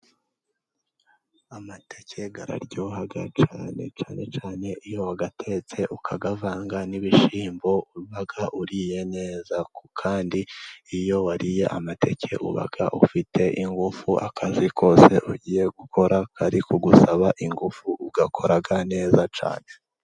Amateke araryoha cyane, cyane cyane iyo atetse ukayavanga n'ibishyimbo, uba uriye neza kandi iyo wariye amateke, uba ufite ingufu, akazi kose ugiye gukora kari kugusaba ingufu, ugakora neza cyane.